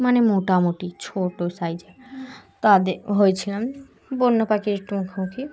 মানে মোটামুটি ছোটো সাইজের তাদের হয়েছিলাম বন্য পাখির একটু মুখোমুখি